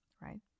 right